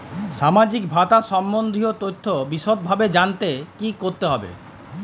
সামাজিক ভাতা সম্বন্ধীয় তথ্য বিষদভাবে জানতে কী করতে হবে?